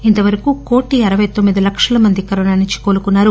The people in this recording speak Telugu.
ఇంతవరకు కోటి అరవై తొమ్మిది లక్షల మంది కరోనా నుంచి కోలుకున్నారు